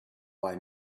buy